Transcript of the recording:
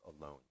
alone